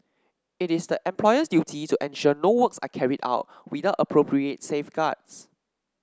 it is the employer's duty to ensure no works are carried out without appropriate safeguards